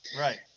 Right